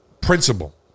principle